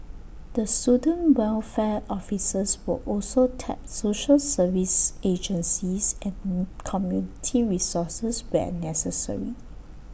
the student welfare officers will also tap social services agencies and community resources where necessary